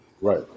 Right